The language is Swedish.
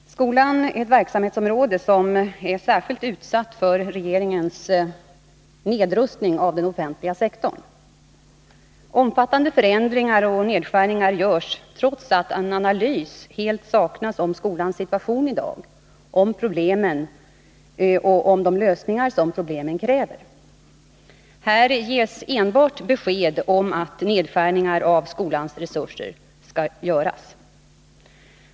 Herr talman! Skolan är ett verksamhetsområde som är särskilt utsatt för regeringens nedrustning av den offentliga sektorn. Omfattande förändringar och nedskärningar görs trots att en analys helt saknas om skolans situation i dag, om skolans problem och om de lösningar som problemen kräver. Här ges enbart besked om att nedskärningar av skolans resurser skall göras.